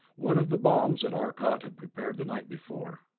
one of the bombs that arcot had prepared the night before.